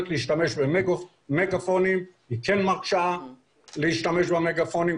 להשתמש במגפונים או היא כן מרשה להשתמש במגפונים.